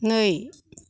नै